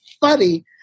funny